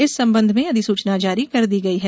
इस संबंध में अधिसूचना जारी कर दी गयी है